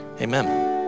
Amen